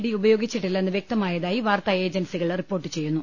D ഉപയോഗിച്ചിട്ടില്ലെന്ന് വ്യക്തമായതായി വാർത്താ ഏജൻസികൾ റിപ്പോർട്ട് ചെയ്യുന്നു